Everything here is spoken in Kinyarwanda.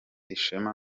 ishema